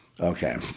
okay